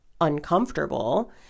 uncomfortable